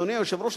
אדוני היושב-ראש,